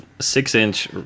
six-inch